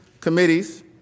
committees